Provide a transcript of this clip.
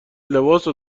لباسو